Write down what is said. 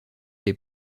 des